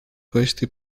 questi